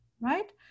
right